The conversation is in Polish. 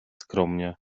skromnie